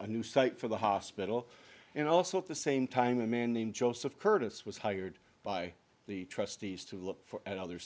a new site for the hospital and also at the same time a man named joseph curtis was hired by the trustees to look at other